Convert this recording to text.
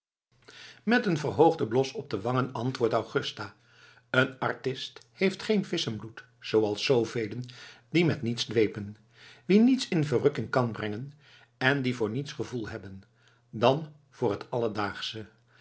met een verhoogden blos op de wangen antwoordt augusta een artist heeft geen visschenbloed zooals zoovelen die met niets dwepen wie niets in verukking kan brengen en die voor niets gevoel hebben dan voor t alledaagsche